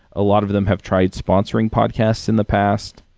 a lot of them have tried sponsoring podcasts in the past.